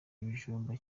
ibijumba